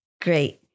Great